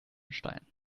stein